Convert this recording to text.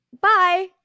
Bye